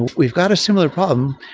we've got a similar problem.